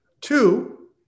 Two